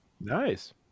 Nice